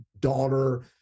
daughter